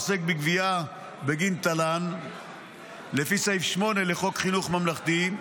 העוסק בגבייה בגין תל"ן לפי סעיף 8 לחוק חינוך ממלכתי,